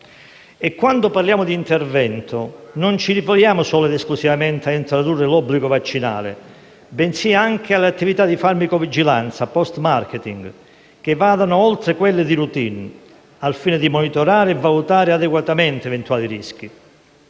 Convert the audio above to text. Quando parliamo di intervento non ci riferiamo solo ed esclusivamente all'introduzione dell'obbligo vaccinale, ma anche a attività di farmacovigilanza *post marketing* che vadano oltre quelle di *routine*, al fine di monitorare e valutare adeguatamente eventuali rischi.